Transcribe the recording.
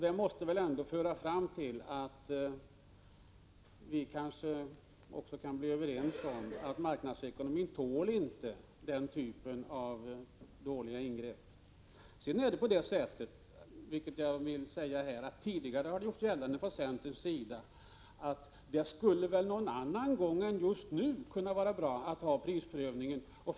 Det måste väl ändå leda fram till att vi också blir överens om att marknadsekonomin inte tål denna typ av dåliga ingrepp. Centern har tidigare gjort gällande att det väl någon annan gång än just nu kunde vara bra att ha prisprövningen.